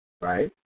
right